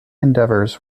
endeavors